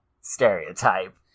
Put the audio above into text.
stereotype